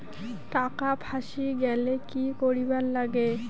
টাকা ফাঁসি গেলে কি করিবার লাগে?